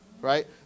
right